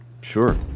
Sure